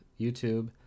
YouTube